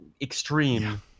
extreme